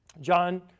john